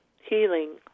Healing